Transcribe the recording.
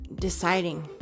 deciding